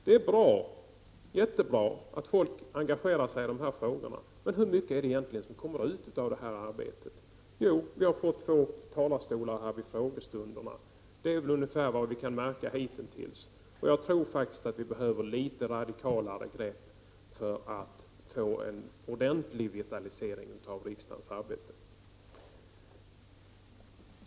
Det är bra, jättebra, att folk engagerar sig i de här frågorna, men hur mycket är det egentligen som kommer ut utav det här arbetet? Jo, vi har fått två talarstolar här vid frågestunderna. Det är väl ungefär vad vi kan märka hitintills, och jag tror faktiskt att vi behöver litet radikalare grepp för att få en ordentlig vitalisering utav riksdagens arbete.